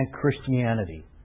Christianity